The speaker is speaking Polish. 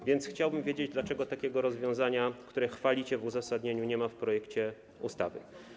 A więc chciałbym wiedzieć, dlaczego takiego rozwiązania, które chwalicie w uzasadnieniu, nie ma w projekcie ustawy.